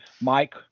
Mike